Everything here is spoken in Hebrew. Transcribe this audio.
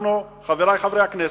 חברי חברי הכנסת,